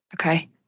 Okay